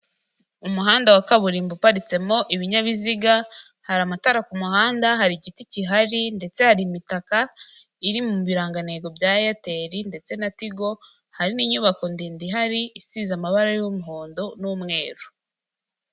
Umuhanda wa kaburimbo uparitsemo ibinyabiziga, hari amatara ku muhanda, hari n'igiti gihari ndetse hari imitaka iri mu birangantego bya eyateri ndetse na tigo, hari n'inyubako ndende ihari, isize amabara y'umuhondo n'umweru.